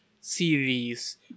series